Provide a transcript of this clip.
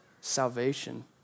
salvation